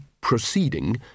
proceeding